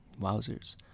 Wowzers